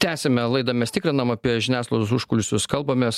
tęsiame laidą mes tikrinam apie žiniasklaidos užkulisius kalbamės